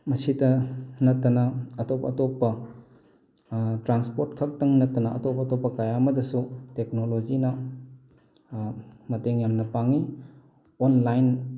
ꯃꯁꯤꯇ ꯅꯠꯇꯅ ꯑꯇꯣꯞ ꯑꯇꯣꯞꯄ ꯇ꯭ꯔꯥꯟꯁꯄꯣꯠ ꯈꯛꯇꯪ ꯅꯠꯇꯅ ꯑꯇꯣꯞ ꯑꯇꯣꯞꯄ ꯀꯌꯥ ꯑꯃꯗꯁꯨ ꯇꯦꯛꯅꯣꯂꯣꯖꯤꯅ ꯃꯇꯦꯡ ꯌꯥꯝꯅ ꯄꯥꯡꯉꯤ ꯑꯣꯟꯂꯥꯏꯟ